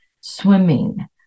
swimming